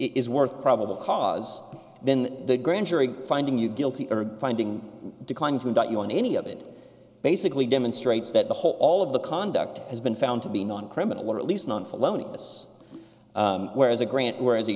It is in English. is worth probable cause then the grand jury finding you guilty or finding declined to indict you on any of it basically demonstrates that the whole all of the conduct has been found to be non criminal or at least not felonious whereas a grant whereas the